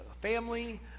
family